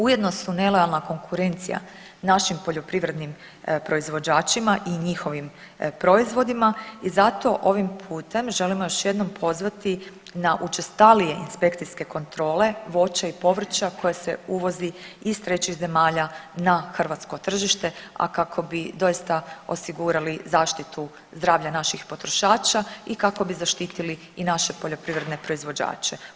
Ujedno su nelojalna konkurencija našim poljoprivrednim proizvođačima i njihovim proizvodima i zato ovim putem želimo još jednom pozvati na učestalije inspekcijske kontrole voća i povrća koje se uvozi iz trećih zemalja na hrvatsko tržište, a kako bi doista osigurali zaštitu zdravlja naših potrošača i kako bi zaštitili i naše poljoprivredne proizvođače.